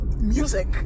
music